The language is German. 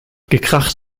gekracht